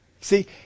See